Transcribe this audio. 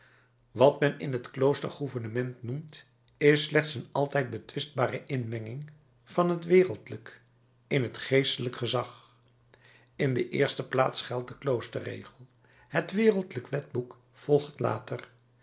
wat men in het klooster gouvernement noemt is slechts een altijd betwistbare inmenging van het wereldlijk in het geestelijk gezag in de eerste plaats geldt de kloosterregel het wereldlijk wetboek volgt later